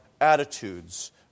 attitudes